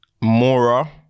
Mora